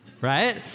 right